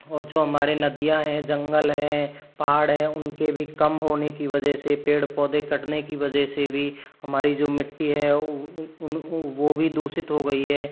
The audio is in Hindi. और जो हमारे नदियाँ हैं जंगल हैं पहाड़ हैं उनके भी कम होने की वजह से पेड़ पौधे कटने की वजह से भी हमारी जो मिट्टी है उन वो भी दूषित हो गई है